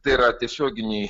tai yra tiesioginiai